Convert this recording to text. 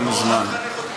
אתה מוזמן.